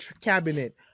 cabinet